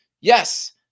Yes